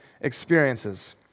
experiences